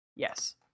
Yes